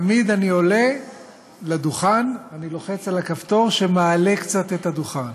ותמיד כשאני עולה לדוכן אני לוחץ על הכפתור שמעלה קצת את הדוכן.